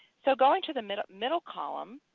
so going to the middle middle column,